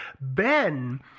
Ben